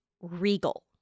regal